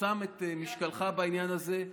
שם את משקלך בעניין הזה.